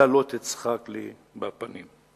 אתה לא תצחק בפנים.